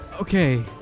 okay